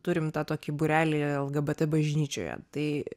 turim tą tokį būrelyje lgbt bažnyčioje tai